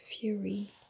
fury